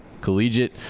Collegiate